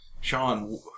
Sean